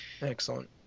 excellent